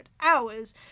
hours